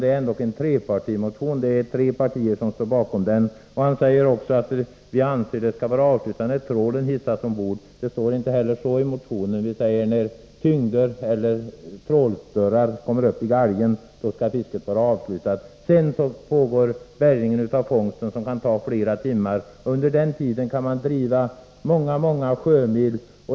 Det är emellertid tre partier som står bakom denna motion. Håkan Strömberg säger att vi anser att trålfisket skall anses avslutat när trålen hissas ombord. Det står inte så i motionen, utan vi säger att fisket skall ”anses avslutat när trålbord eller tyngder är upphissade i trålgalgen”. Därefter kommer bärgningen av fångsten, och den kan ta flera timmar. Under tiden kan man driva många sjömil.